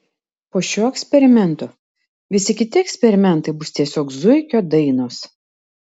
po šio eksperimento visi kiti eksperimentai bus tiesiog zuikio dainos